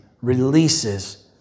releases